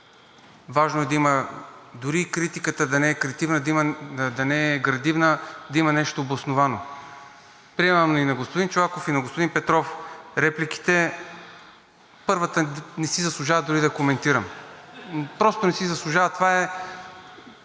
е добре дошло. Дори и критиката да не е градивна, важно е да има нещо обосновано. Приемам и на господин Чолаков, и на господин Петров репликите. Първата не си заслужава дори да я коментирам. Просто не си заслужава. Това е